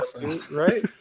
right